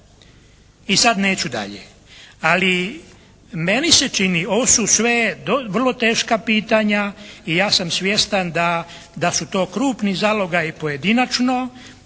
i sad neću dalje, ali meni se čini, ovo su sve vrlo teška pitanja i ja sam svjestan da su to krupni zalogaji pojedinačno